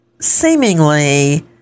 seemingly